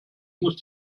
muss